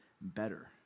better